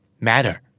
Matter